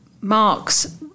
Mark's